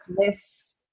less